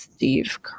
Steve